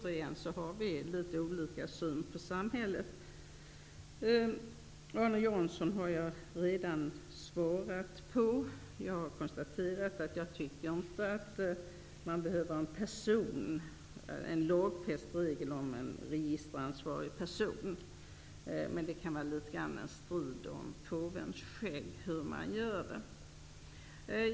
Vi har här återigen litet olika syn på samhället. Jag har redan besvarat Arne Janssons frågor. Jag har konstaterat att det inte behövs en lagfäst regel om en registeransvarig person. Det är litet grand en strid om påvens skägg när det gäller denna fråga.